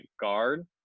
guard